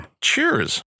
Cheers